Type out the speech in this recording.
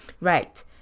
right